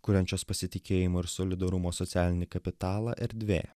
kuriančios pasitikėjimo ir solidarumo socialinį kapitalą erdvė